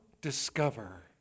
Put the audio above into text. discover